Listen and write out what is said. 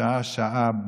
שעה-שעה,